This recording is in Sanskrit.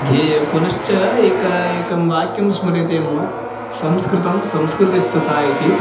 ध्येयः पुनश्च एकम् एकं वाक्यं स्मर्यते मम संस्कृतं संस्कृतिस्तथा इति